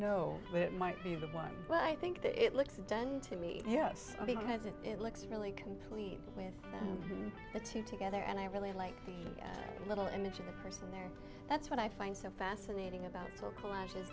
know but it might be the one but i think that it looks a done to me yes because it looks really complete with the two together and i really like the little image of the person there that's what i find so fascinating about torkel ashes